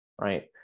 right